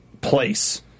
place